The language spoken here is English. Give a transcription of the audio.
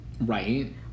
right